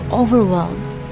overwhelmed